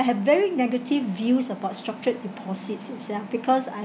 I have very negative views about structured deposits itself because I